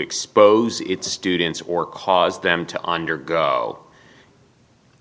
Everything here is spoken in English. expose its students or cause them to undergo